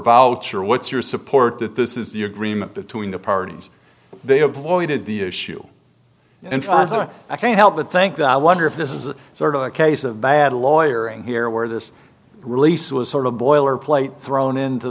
voucher what's your support that this is the agreement between the parties they avoided the issue and i can't help but think that i wonder if this is sort of the case of bad lawyer in here where this release was sort of boilerplate thrown into